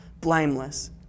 blameless